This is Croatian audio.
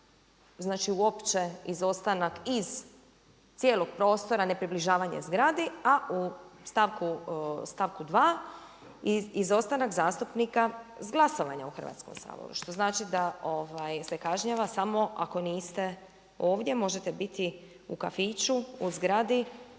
znači uopće izostanak iz cijelog prostora, ne približavanje zgradi a u stavku 2. izostanak zastupnika sa glasovanja u Hrvatskom saboru. Što znači da se kažnjava samo ako niste ovdje, možete biti u kafiću, u zgradi,